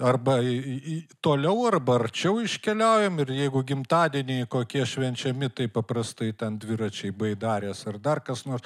arba į į į toliau arba arčiau iškeliaujam ir jeigu gimtadieniai kokie švenčiami taip paprastai ten dviračiai baidarės ar dar kas nors